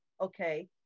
okay